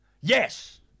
Yes